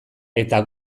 eta